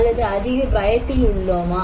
அல்லது அதிக பயத்தில் உள்ளோமா